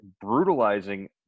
brutalizing